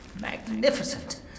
Magnificent